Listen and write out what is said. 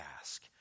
ask